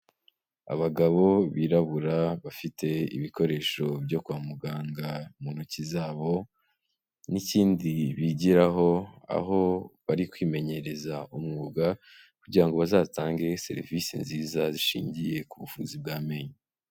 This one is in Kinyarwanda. Abagabo birabura, bafite ibikoresho byo kwa muganga mu ntoki zabo, n'ikindi bigiraho, aho bari kwimenyereza umwuga, kugira ngo bazatange serivisi nziza, zishingiye ku buvuzi bw'amenyo.